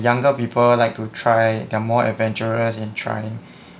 younger people like to try they are more adventurous in trying